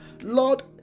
Lord